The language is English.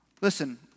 Listen